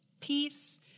Peace